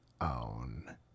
own